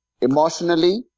emotionally